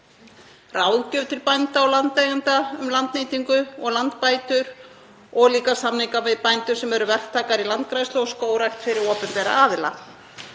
ráðgjöf til bænda og landeigenda um landnýtingu og landbætur og líka samningar við bændur sem eru verktakar í landgræðslu og skógrækt fyrir opinbera aðila.